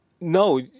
no